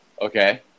Okay